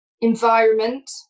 environment